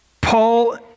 Paul